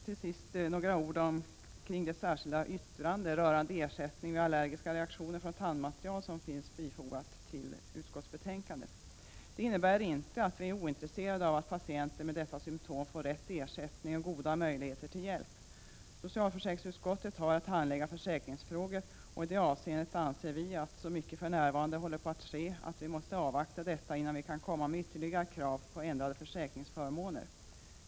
Till sist några ord i anslutning till vårt särskilda yttrande rörande ersättning vid allergiska reaktioner från tandmaterial. Yttrandet är inte ett uttryck för att vi är ointresserade av att patienter med dessa symtom får rätt till ersättning och goda möjligheter till hjälp. Socialförsäkringsutskottet har att handlägga försäkringsfrågor, och i det avseendet anser vi att så mycket för närvarande håller på att ske att vi måste avvakta detta innan vi kan komma med ytterligare krav på ändrade försäkringsförmåner.